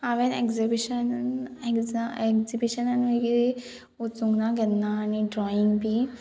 हांवेंन एग्जिबिशनान एक्जा एग्जिबिशनान मागीर वचूंक ना केन्ना आनी ड्रॉइंग बी